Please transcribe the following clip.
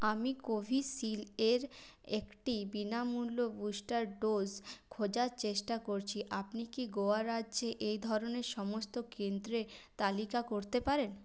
আমি কোভিশিল্ডের একটি বিনামূল্য বুস্টার ডোজ খোঁজার চেষ্টা করছি আপনি কি গোয়া রাজ্যে এই ধরণের সমস্ত কেন্দ্রে তালিকা করতে পারেন